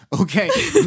okay